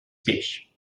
peix